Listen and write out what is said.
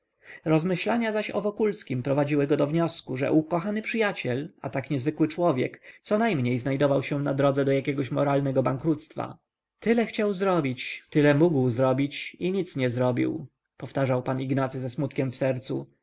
rozmyślania zaś o wokulskim prowadziły go do wniosku ze ukochany przyjaciel a tak niezwykły człowiek conajmniej znajdował się na drodze do jakiegoś moralnego bankructwa tyle chciał zrobić tyle mógł zrobić i nic nie zrobił powtarzał pan ignacy ze smutkiem w sercu